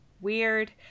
weird